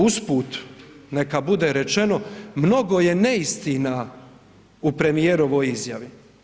Usput neka bude rečeno mnogo je neistina u premijerovoj izjavi.